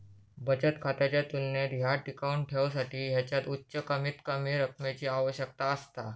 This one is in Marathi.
बचत खात्याच्या तुलनेत ह्या टिकवुन ठेवसाठी ह्याच्यात उच्च कमीतकमी रकमेची आवश्यकता असता